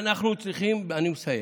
אנחנו צריכים, אני מסיים.